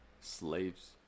slaves